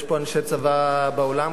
יש פה אנשי צבא באולם,